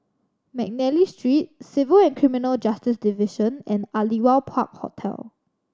McNally Street Civil and Criminal Justice Division and Aliwal Park Hotel